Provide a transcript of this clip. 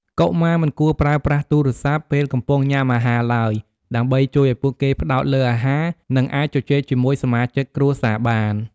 កុមារមិនគួរប្រើប្រាស់ទូរស័ព្ទ ពេលកំពុងញ៉ាំអាហារឡើយ ដើម្បីជួយឲ្យពួកគេផ្តោតលើអាហារ និងអាចជជែកជាមួយសមាជិកគ្រួសារបាន។